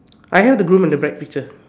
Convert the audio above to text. I have the groom and the bride picture